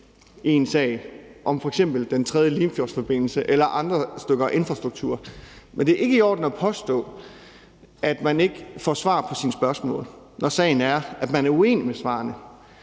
i en sag, f.eks. om den tredje Limfjordsforbindelse eller andre stykker infrastruktur, men det er ikke i orden at påstå, at man ikke får svar på sine spørgsmål, når sagen er, at man er uenig i svarene.